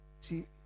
See